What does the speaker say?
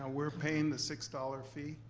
ah we're paying the six dollars fee?